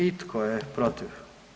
I tko je protiv?